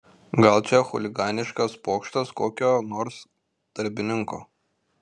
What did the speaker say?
gal čia chuliganiškas pokštas kokio nors darbininko